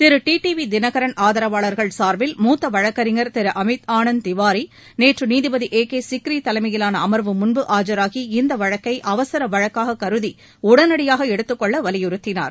திரு T T V Dhinakaran ஆதரவாளர்கள் சார்பில் மூத்த வழக்கறிஞர் திரு அமித் ஆனந்த் திவாரி நேற்று நீதிபதி ஏ கே சிக்ரி தலைமையிலான அமர்வு முன்பு ஆஜராகி இந்த வழக்கை அவசர வழக்காக கருதி உடனடியாக எடுத்துக் கொள்ள வலியுறுத்தினார்